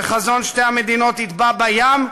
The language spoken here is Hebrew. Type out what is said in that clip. וחזון שתי המדינות יטבע בים,